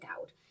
out